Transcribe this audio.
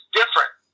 different